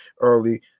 early